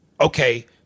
okay